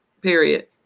Period